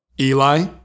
Eli